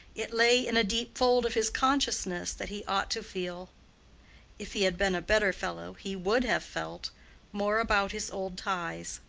it lay in a deep fold of his consciousness that he ought to feel if he had been a better fellow he would have felt more about his old ties.